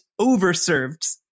overserved